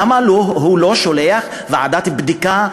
למה הוא לא שולח ועדת בדיקה?